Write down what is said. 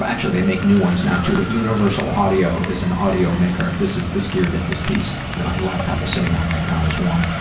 actually they make new ones now, too, but universal audio is an audio maker, this is this gear that this piece my laptop is sitting on right now is one,